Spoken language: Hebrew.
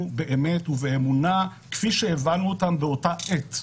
באמת ובאמונה כפיש הבנו אותם באותה עת,